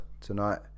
tonight